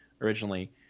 Originally